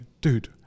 dude